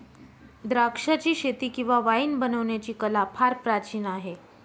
द्राक्षाचीशेती किंवा वाईन बनवण्याची कला फार प्राचीन आहे